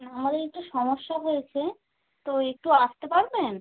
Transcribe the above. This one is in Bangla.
আমার একটু সমস্যা হয়েছে তো একটু আসতে পারবেন